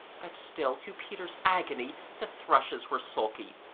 but still, to peter's agony, the thrushes were sulky.